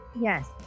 Yes